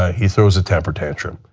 ah he throws a temper tantrum.